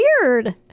weird